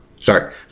sorry